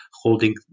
Holding